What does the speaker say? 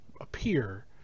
appear